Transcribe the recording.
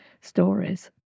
stories